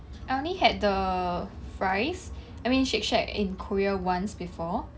I only had the fries I mean shake shack in korea once before